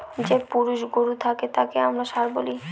যে পুরুষ গরু থাকে তাকে আমরা ষাঁড় বলি